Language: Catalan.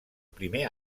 primer